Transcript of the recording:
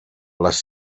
les